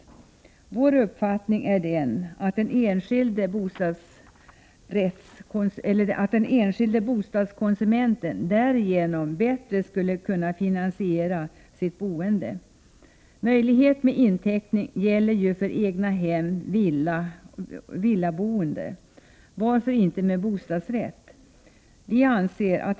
Vår uppfattning är att den enskilde bostadskonsumenten därigenom bättre skulle kunna finansiera sitt boende. Möjlighet att göra inteckning gäller ju för egnahemsoch villaboende — varför inte för 119 bostadsrätt?